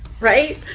right